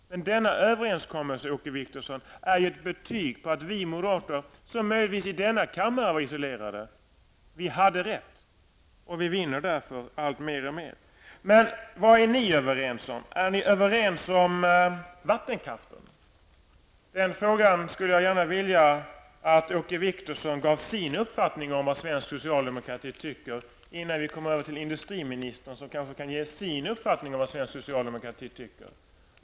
Men denna överenskommelse, Åke Wictorsson, är ju ett betyg på att vi moderater, som möjligtvis i denna kammare var isolerade, hade rätt. Vi vinner också därför mer och mer. Vad är ni överens om? Är ni överens om vattenkraften? Jag skulle gärna vilja att Åke Wictorsson gav sin uppfattning om vad svensk socialdemokrati tycker i den frågan innan vi går över till industriministern, som kanske kan ge sin uppfattning om vad svensk socialdemokrati tycker.